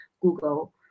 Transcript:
Google